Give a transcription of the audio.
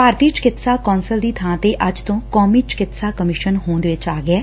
ਭਾਰਤੀ ਚਿਕਿਤਸਾ ਕੌਂਸਲ ਦੀ ਬਾਂ ਤੇ ਅੱਜ ਤੋਂ ਕੌਮੀ ਚਿਕਿਤਸਾ ਕਮਿਸ਼ਨ ਹੋਂਦ ਵਿਚ ਆ ਗਿਐ